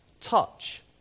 ...touch